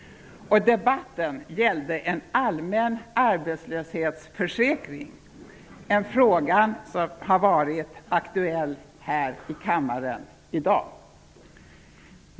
Debatten gällde en allmän arbetslöshetsförsäkring, en fråga som har varit aktuell här i kammaren i dag.